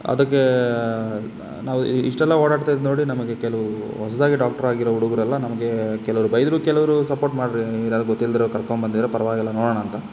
ಅದಕ್ಕೆ ನ ನಾವು ಇಷ್ಟೆಲ್ಲ ಓಡಾಡ್ತಾ ಇದ್ದಿದ್ ನೋಡಿ ನಮಗೆ ಕೆಲವ್ರು ಹೊಸದಾಗಿ ಡಾಕ್ಟ್ರ್ ಆಗಿರೋ ಹುಡುಗರೆಲ್ಲ ನಮಗೆ ಕೆಲವ್ರು ಬೈದರು ಕೆಲವ್ರು ಸಪೋರ್ಟ್ ಮಾಡ್ದ್ರು ಇವ್ರು ಯಾರೋ ಗೊತ್ತಿಲ್ಲದೇ ಇರೋ ಕರ್ಕೊಂಬಂದಿದ್ರ ಪರವಾಗಿಲ್ಲ ನೋಡೋಣ ಅಂತ